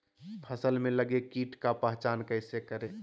फ़सल में लगे किट का पहचान कैसे करे?